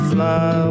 Fly